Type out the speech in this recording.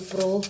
Pro